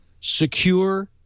Secure